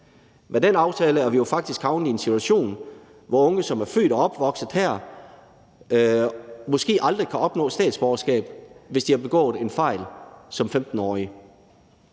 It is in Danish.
Med den aftale er vi jo faktisk havnet i en situation, hvor unge, som er født og opvokset her, måske aldrig kan opnå statsborgerskab, hvis de har begået en fejl som 15-årige.